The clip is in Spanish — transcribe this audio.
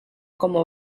como